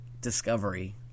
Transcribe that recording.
discovery